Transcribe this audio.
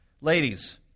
Ladies